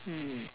mm